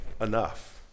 enough